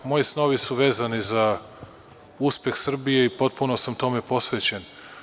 Moji snovi su vezani za uspeh Srbije i potpuno sam tome posvećen.